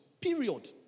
Period